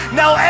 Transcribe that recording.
now